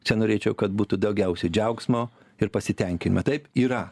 čia norėčiau kad būtų daugiausiai džiaugsmo ir pasitenkinimo taip yra